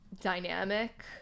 dynamic